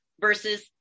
versus